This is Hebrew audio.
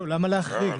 למה להחריג?